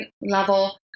level